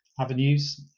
avenues